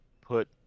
put